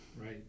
Right